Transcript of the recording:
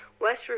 West